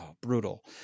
brutal